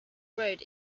road